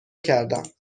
کردم